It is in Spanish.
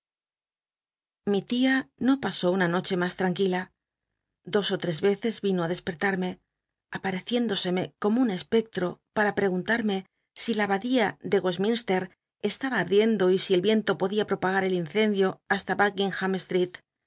mi tia no pasó una noche mas ttanquila dos ó tl'es veces vino á dcsperl hmc apatcciéndoseme como un cspectto pata preguntarme si la abadía de weslminstct estaba ardiendo y si el yienlo p idia propagat el incendio hasta